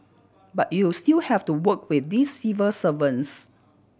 but you still have to work with these civil servants